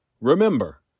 Remember